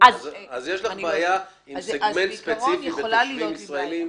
יש לך בעיה עם סגמנט ספציפי לגבי תושבים ישראלים.